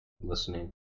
listening